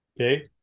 Okay